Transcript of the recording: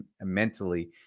mentally